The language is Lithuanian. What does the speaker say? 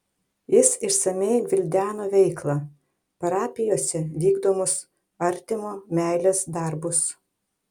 jis išsamiai gvildeno veiklą parapijose vykdomus artimo meilės darbus